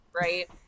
right